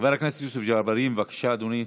חבר הכנסת יוסף ג'בארין, בבקשה, אדוני,